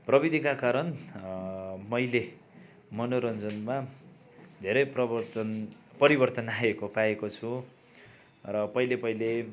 प्रविधिका कारण मैले मनोरञ्जनमा धेरै प्रवर्तन परिवर्तन आएको पाएको छु र पहिले पहिले